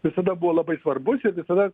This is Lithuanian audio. visada buvo labai svarbus ir visada